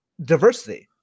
diversity